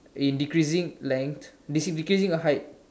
in decreasing length in decreasing height